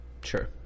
Sure